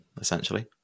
essentially